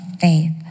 faith